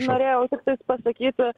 norėjau tiktais pasakyti